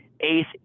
Eighth